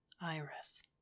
Iris